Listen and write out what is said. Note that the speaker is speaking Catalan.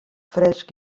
fresc